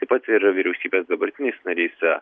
taip pat ir vyriausybės dabartinis narys